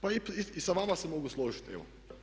Pa i sa vama se mogu složiti, evo.